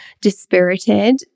dispirited